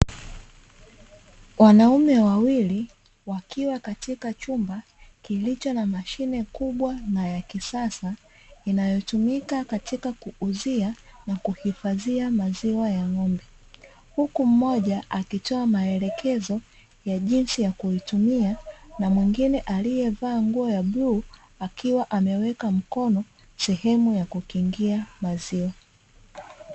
Wanaume wawili wakiwa katika chumba kilicho na mashine kubwa na ya kisasa, inayotumika katika kuuzia na kuhifadhia maziwa ya ng'ombe. Huku mmoja akitoa maelekezo ya jinsi ya kuitumia na mwingine aliyevaa nguo ya bluu akiwa ameweka mkono sehemu ya kukingia maziwa.